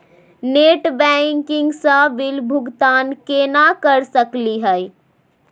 Net banking स bill भुगतान केना कर सकली हे?